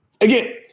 Again